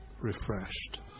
refreshed